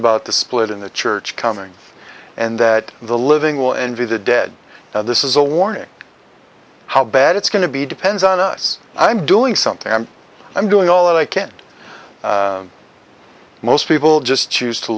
about the split in the church coming and that the living will envy the dead now this is a warning how bad it's going to be depends on us i'm doing something i'm i'm doing all and i can't most people just choose to